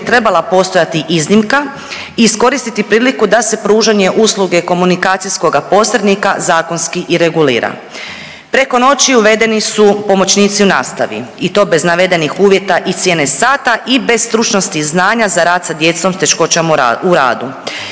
trebala postojati iznimka i iskoristiti priliku da se pružanje usluge komunikacijskoga posrednika zakonski i regulira. Preko noći uvedeni su pomoćnici u nastavi i to bez navedenih uvjeta i cijene sata i bez stručnosti i znanja za rad sa djecom s teškoćama u radu.